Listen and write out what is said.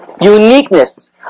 uniqueness